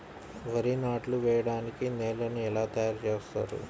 వరి నాట్లు వేయటానికి నేలను ఎలా తయారు చేస్తారు?